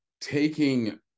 taking